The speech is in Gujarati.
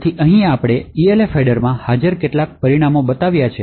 તેથી અહીં આપણે Elf હેડરમાં હાજર કેટલાક પરિમાણો બતાવ્યા છે